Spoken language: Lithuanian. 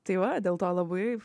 tai va dėl to labai